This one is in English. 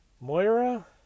Moira